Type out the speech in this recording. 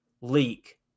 leak